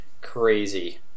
crazy